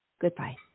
Goodbye